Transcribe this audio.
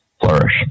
flourish